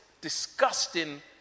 disgusting